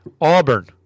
Auburn